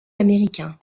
américain